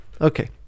Okay